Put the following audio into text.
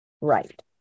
right